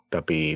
Tapi